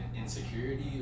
insecurity